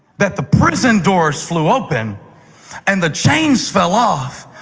that the prison doors flew open and the chains fell off,